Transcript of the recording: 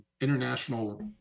international